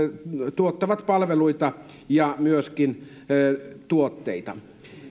tuottavat palveluita ja myöskin tuotteita